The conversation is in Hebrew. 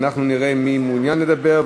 אנחנו נראה מי מעוניין לדבר,